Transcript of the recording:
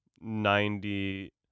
Ninety